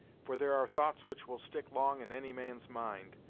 for there are thoughts which will stick long in any man's mind,